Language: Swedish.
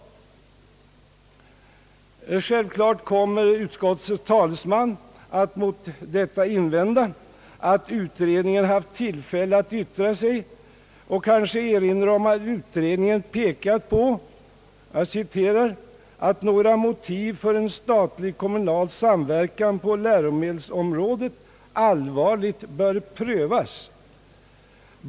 Självfallet kommer utskottets talesman att mot detta invända att utredningen haft tillfälle att yttra sig, och kanske kommer han också att erinra om att utredningen pekat på »att några motiv för en statlig-kommunal samverkan på läromedelsområdet allvarligt bör prövas».